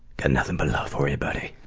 got nothing but love for you buddy.